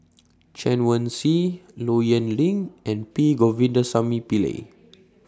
Chen Wen Hsi Low Yen Ling and P Govindasamy Pillai